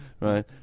Right